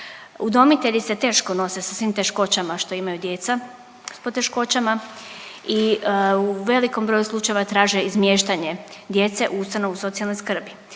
Udomitelji se teško nose sa svim teškoćama što imaju djeca s poteškoćama i u velikom broju slučajeva traže izmještanje djece u ustanovu socijalne skrbi.